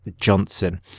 Johnson